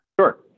Sure